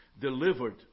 delivered